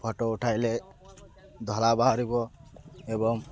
photo ଉଠାଇଲେ ଧଳା ବାହାରହାରିବ ଏବଂ